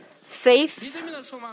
Faith